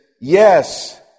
yes